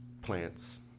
plants